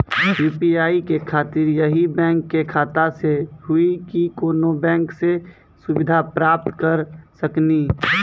UPI के खातिर यही बैंक के खाता से हुई की कोनो बैंक से सुविधा प्राप्त करऽ सकनी?